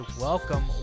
welcome